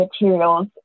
materials